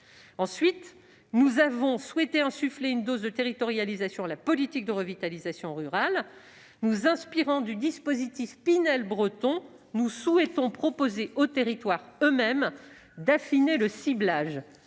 Ensuite, nous avons souhaité introduire une dose de territorialisation dans la politique de revitalisation rurale. En nous inspirant du dispositif dit « Pinel breton », nous proposons aux territoires eux-mêmes d'affiner le ciblage.